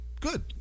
Good